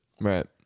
right